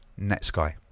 Netsky